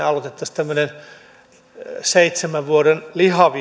aloitettaisiin tämmöinen seitsemän lihavan